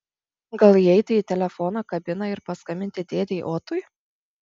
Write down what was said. gal įeiti į telefono kabiną ir paskambinti dėdei otui